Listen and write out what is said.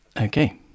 okay